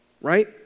right